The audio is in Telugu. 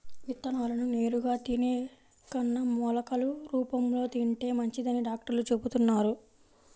విత్తనాలను నేరుగా తినే కన్నా మొలకలు రూపంలో తింటే మంచిదని డాక్టర్లు చెబుతున్నారు